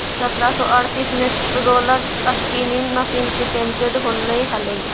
सत्रह सौ अड़तीस में रोलर स्पीनिंग मशीन के पेटेंट होले हलई